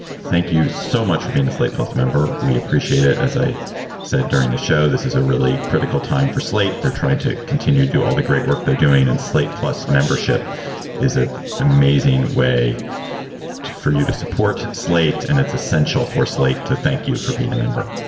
thank you so much for being a slate plus member. we appreciate it. as i said during the show, this is a really critical time for slate. they're trying to continue to do all the great work they're doing. and slate plus membership is a amazing way for you to support slate. and it's essential for slate to thank you for being a member.